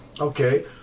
Okay